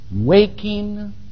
waking